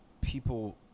people